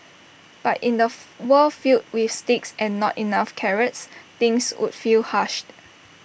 but in A world filled with sticks and not enough carrots things would feel harsh